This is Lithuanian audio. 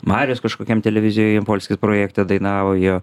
marius kažkokiam televizijoj jampolskis projekte dainavo jo